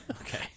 Okay